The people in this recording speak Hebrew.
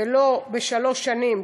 ולא בשלוש שנים,